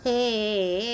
Hey